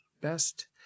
best